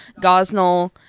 gosnell